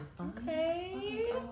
okay